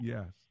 Yes